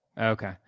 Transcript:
Okay